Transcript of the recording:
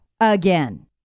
again